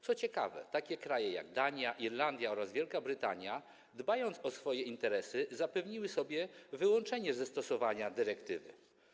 Co ciekawe, takie kraje jak Dania, Irlandia oraz Wielka Brytania, dbając o swoje interesy, zapewniły sobie wyłączenie ze stosowania tej dyrektywy.